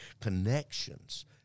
connections